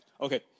Okay